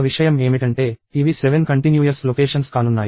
ఒక విషయం ఏమిటంటే ఇవి 7 కంటిన్యూయస్ లొకేషన్స్ కానున్నాయి